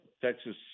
Texas